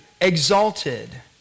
exalted